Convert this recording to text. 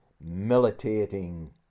militating